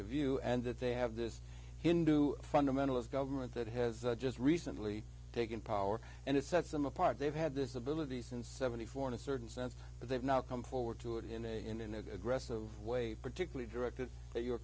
view and that they have this hindu fundamentalist government that has just recently taken power and it sets them apart they've had this ability since seventy four in a certain sense but they've now come forward to it in a in an aggressive way particularly directed at your